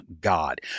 God